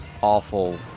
awful